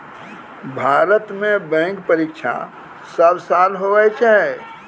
भारत मे बैंक परीक्षा सब साल हुवै छै